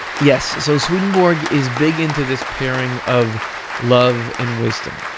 yes. so swedenborg is big into this pairing of love and wisdom.